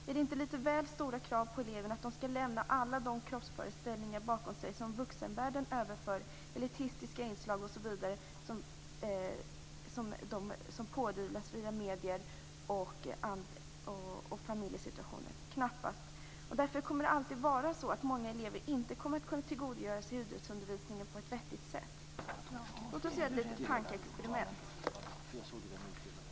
Är det inte litet väl stora krav på eleverna att de skall lämna bakom sig alla de kroppsföreställningar - elitistiska inslag osv. - som vuxenvärlden överför och som pådyvlas via medier och familjesituationer? Knappast. Därför kommer det alltid att vara så att många elever inte kommer att kunna tillgodogöra sig idrottsundervisningen på ett vettigt sätt. Låt oss göra ett litet tankeexperiment.